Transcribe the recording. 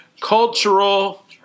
cultural